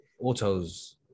autos